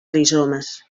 rizomes